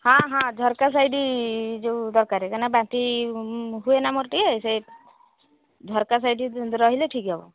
ହଁ ହଁ ଝରକା ସାଇଡ଼ ଯେଉଁ ଦରକାରେ କାଇଁନା ବାଟି ହୁଏ ନା ମୋର ଟିକେ ସେ ଝରକା ସାଇଡ଼ ରହିଲେ ଠିକ୍ ହବ